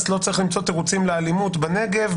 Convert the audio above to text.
לא צריך למצוא תירוצים לאלימות בנגב,